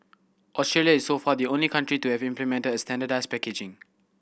Australia is so far the only country to have implemented standardised packaging